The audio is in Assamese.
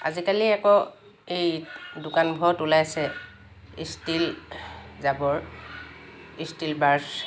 আজিকালি আকৌ এই দোকানবোৰত ওলাইছে ষ্টীল জাবৰ ষ্টীল ব্ৰাশ্ব